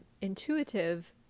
intuitive